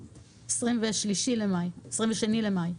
22 במאי.